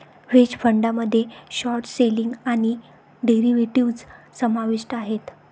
hedge फंडामध्ये short selling आणि derivatives समाविष्ट आहेत